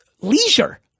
leisure